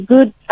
Good